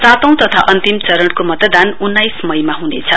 सातौं तथा अन्तिम चरणको मतदान उन्नाइस मईमा हुनेछ